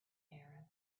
arab